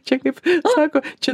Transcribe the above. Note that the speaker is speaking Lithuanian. čia kaip sako čia